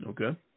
Okay